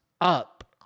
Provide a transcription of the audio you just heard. up